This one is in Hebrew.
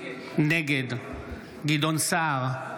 נגד גדעון סער,